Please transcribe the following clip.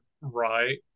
right